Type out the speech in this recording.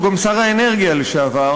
שהוא גם שר האנרגיה לשעבר,